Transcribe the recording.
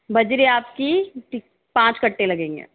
बजरी आपकी पाँच कट्टे लगेंगे